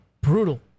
Brutal